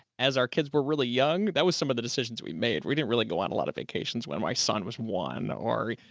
as our kids were really young. that was some of the decisions that we made. we didn't really go on a lot of vacations when my son was one or,